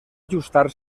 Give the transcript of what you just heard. ajustar